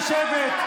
הצבעת.